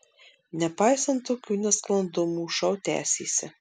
nepaisant tokių nesklandumų šou tęsėsi